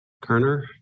Kerner